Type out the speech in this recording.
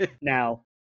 Now